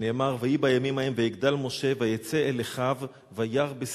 שנאמר: "ויהי בימים ההם ויגדל משה ויצא אל אחיו וירא בסבלֹתם".